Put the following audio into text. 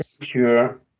sure